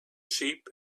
sheep